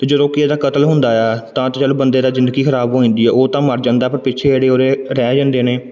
ਅਤੇ ਜਦੋਂ ਕਿਸੇ ਦਾ ਕਤਲ ਹੁੰਦਾ ਹੈ ਤਾਂ ਤਾਂ ਚੱਲ ਬੰਦੇ ਦੀ ਜ਼ਿੰਦਗੀ ਖਰਾਬ ਹੋ ਜਾਂਦੀ ਹੈ ਉਹ ਤਾਂ ਮਰ ਜਾਂਦਾ ਪਰ ਪਿੱਛੇ ਜਿਹੜੇ ਉਹਦੇ ਰਹਿ ਜਾਂਦੇ ਨੇ